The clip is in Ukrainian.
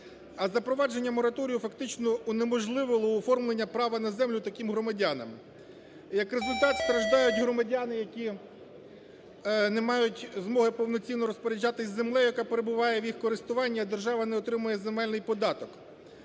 А запровадження мораторію фактично унеможливило оформлення права на землю таким громадянам. Як результат, страждають громадяни, які не мають змоги повноцінно розпоряджатися землею, яка перебуває в їх користуванні, а держава не отримує земельний податок.